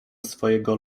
swojego